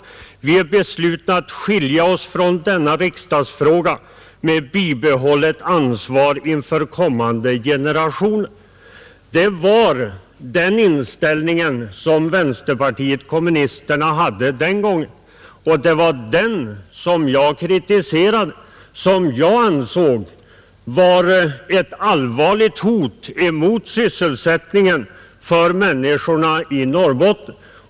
Vi är beslutna att skilja oss från denna riksdagsfråga med bibehållet ansvar inför kommande generationer ———.” Det var den inställning som vpk hade den gången, och det var den som jag kritiserade, som jag ansåg vara ett allvarligt hot mot sysselsättningen för människorna i Norrbotten.